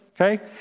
Okay